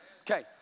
Okay